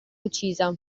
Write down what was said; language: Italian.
uccisa